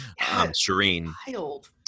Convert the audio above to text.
shireen